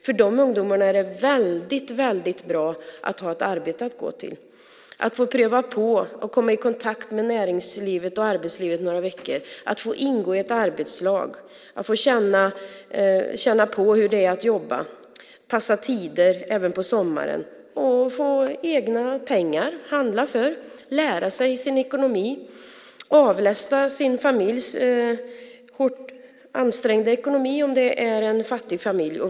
För dessa ungdomar är det väldigt bra att ha ett arbete att gå till, att få pröva på och komma i kontakt med näringslivet och arbetslivet några veckor, att få ingå i ett arbetslag, att få känna på hur det är att jobba och passa tider även på sommaren, att få egna pengar att handla för, att få ta hand om sin ekonomi och avlasta sin familjs hårt ansträngda ekonomi om det är en fattig familj.